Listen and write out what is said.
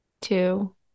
two